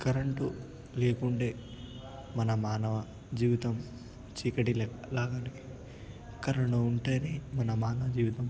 current లేకుంటే మన మానవ జీవితం చీకటి లాగా కరెంటు ఉంటే మన మానవ జీవితం